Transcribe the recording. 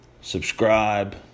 subscribe